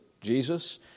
Jesus